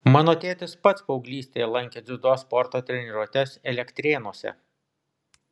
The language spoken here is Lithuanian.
mano tėtis pats paauglystėje lankė dziudo sporto treniruotes elektrėnuose